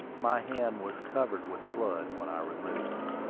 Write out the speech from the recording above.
my hand was covered with blood when i removed it.